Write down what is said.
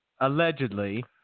allegedly –